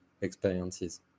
experiences